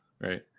right